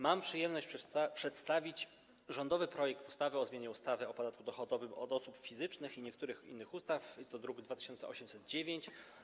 Mam przyjemność przedstawić rządowy projekt ustawy o zmianie ustawy o podatku dochodowym od osób fizycznych oraz niektórych innych ustaw, druk nr 2809.